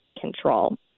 control